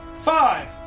Five